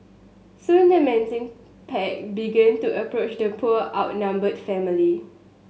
soon the menacing pack began to approach the poor outnumbered family